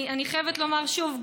ואני חייבת לומר שוב,